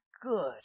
Good